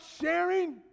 sharing